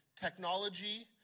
technology